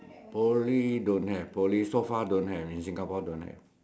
Poly don't have Poly so far don't have in Singapore don't have